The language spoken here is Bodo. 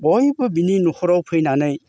बयबो बिनि नखराव फैनानै